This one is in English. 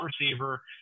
receiver